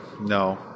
No